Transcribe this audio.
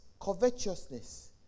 covetousness